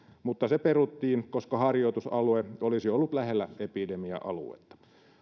mutta se peruttiin koska harjoitusalue olisi ollut lähellä epidemia aluetta